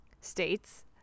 states